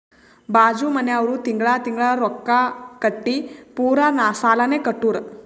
ಬಾಜು ಮನ್ಯಾವ್ರು ತಿಂಗಳಾ ತಿಂಗಳಾ ರೊಕ್ಕಾ ಕಟ್ಟಿ ಪೂರಾ ಸಾಲಾನೇ ಕಟ್ಟುರ್